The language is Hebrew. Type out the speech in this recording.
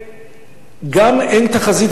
וגם אין תחזית,